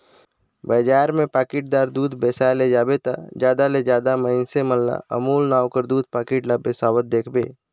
बजार में पाकिटदार दूद बेसाए ले जाबे ता जादा ले जादा मइनसे मन ल अमूल नांव कर दूद पाकिट ल बेसावत देखबे